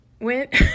went